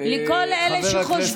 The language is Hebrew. חבר הכנסת מיקי זוהר, לשבת, לשבת.